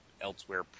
elsewhere